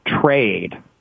trade